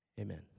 Amen